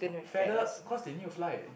feather cause they need to fly